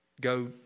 go